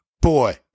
boy